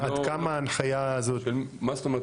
עד כמה ההנחיה הזאת --- מה זאת אומרת?